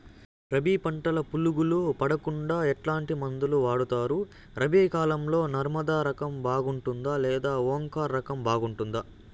రబి పంటల పులుగులు పడకుండా ఎట్లాంటి మందులు వాడుతారు? రబీ కాలం లో నర్మదా రకం బాగుంటుందా లేదా ఓంకార్ రకం బాగుంటుందా?